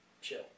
Chill